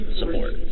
support